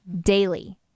Daily